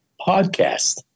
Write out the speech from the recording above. Podcast